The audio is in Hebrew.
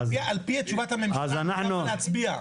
על פי תשובת הממשלה אתה יכול להצביע.